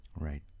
Right